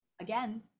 again